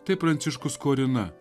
taip pranciškus skorina